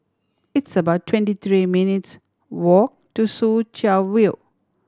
it's about twenty three minutes' walk to Soo Chow View